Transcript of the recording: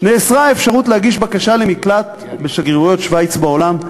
נאסרה האפשרות להגיש בקשה למקלט בשגרירויות שווייץ בעולם.